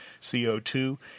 CO2—